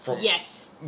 yes